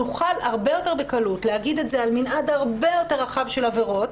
נוכל הרבה יותר בקלות להגיד את זה על מנעד הרבה יותר רחב של עבירות,